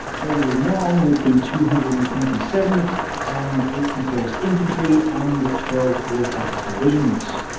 holding on with the two hundred and twenty seventh and eighty first infantry, and twelfth luftwaffe ah divisions.